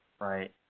Right